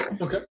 okay